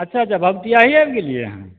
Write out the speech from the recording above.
अच्छा अच्छा भपटियाही आबि गेलिए हन